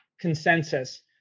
consensus